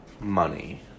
money